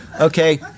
Okay